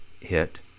hit